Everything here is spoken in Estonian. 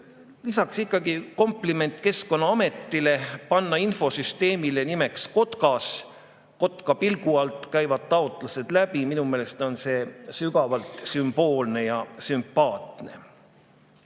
Lisaks ikkagi kompliment Keskkonnaametile, et ta pani infosüsteemile nimeks Kotkas. Kotka pilgu alt käivad taotlused läbi – minu meelest on see sügavalt sümboolne ja sümpaatne.